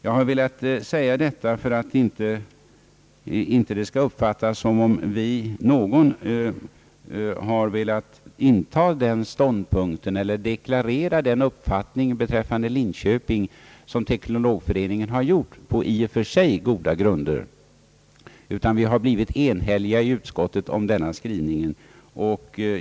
Jag har velat säga detta för att ingen skall tro att någon av oss velat deklarera den uppfattning beräffande Linköping, som Teknologföreningen har givit uttryck åt på i och för sig goda grunder. Vi har inom utskottet enats om skrivningen.